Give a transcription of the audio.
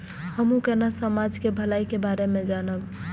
हमू केना समाज के भलाई के बारे में जानब?